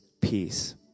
peace